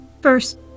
First